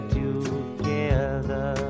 together